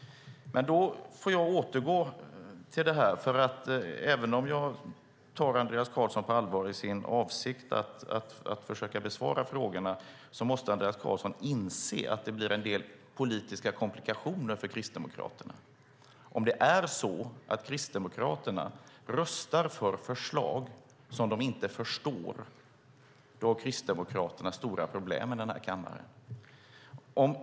Men då får jag återgå till det jag tog upp. Även om jag tar Andreas Carlson på allvar när det gäller hans avsikt att försöka besvara frågorna måste Andreas Carlson inse att det blir en del politiska komplikationer för Kristdemokraterna. Om Kristdemokraterna röstar för förslag som de inte förstår har Kristdemokraterna stora problem i den här kammaren.